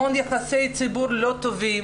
המון יחסי ציבור לא טובים